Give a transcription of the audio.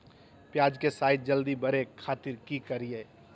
प्याज के साइज जल्दी बड़े खातिर की करियय?